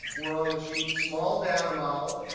we're on the sheet small data model.